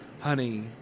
Honey